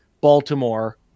baltimore